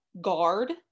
guard